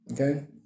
Okay